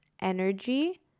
energy